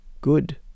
good